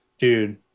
Dude